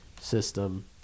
system